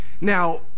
Now